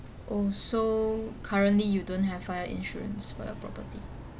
oh so currently you don't have fire insurance for your property